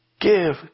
give